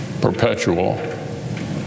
perpetual